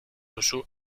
duzu